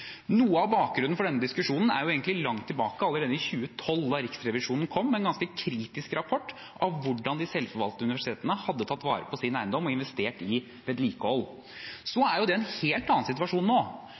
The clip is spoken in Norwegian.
Noe av bakgrunnen for denne diskusjonen ligger egentlig langt tilbake, helt tilbake i 2012, da Riksrevisjonen kom med en ganske kritisk rapport om hvordan de selvforvaltende universitetene hadde tatt vare på sin eiendom og investert i vedlikehold.